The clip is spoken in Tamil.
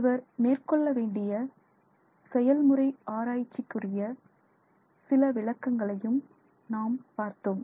ஒருவர் மேற்கொள்ள வேண்டிய செயல்முறை ஆராய்ச்சிக்குரிய சில விளக்கங்களையும் நாம் பார்த்தோம்